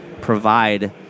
provide